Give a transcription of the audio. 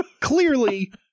clearly